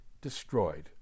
destroyed